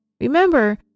Remember